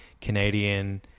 Canadian